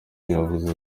yavuze